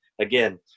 again